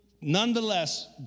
Nonetheless